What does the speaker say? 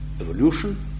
evolution